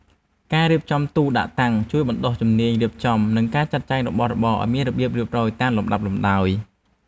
ការរៀបចំទូដាក់តាំងជួយបណ្ដុះជំនាញរៀបចំ និងចាត់ចែងរបស់របរឱ្យមានរបៀបរៀបរយតាមលំដាប់លំដោយ។